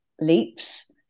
leaps